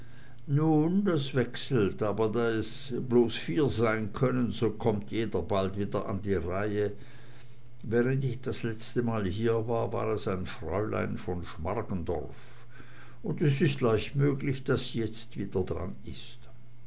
nun das wechselt aber da es bloß vier sein können so kommt jeder bald wieder an die reihe während ich das letzte mal hier war war es ein fräulein von schmargendorf und es ist leicht möglich daß sie jetzt gerade wieder dran ist